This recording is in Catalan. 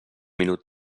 minut